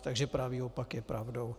Takže pravý opak je pravdou.